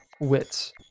Wits